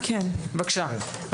בבקשה,